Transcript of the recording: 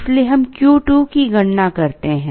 इसलिए हम Q2 की गणना करते हैं